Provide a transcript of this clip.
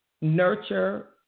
Nurture